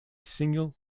single